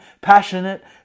Passionate